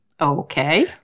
Okay